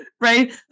right